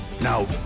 Now